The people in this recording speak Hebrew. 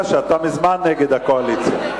אני יודע שאתה מזמן נגד הקואליציה.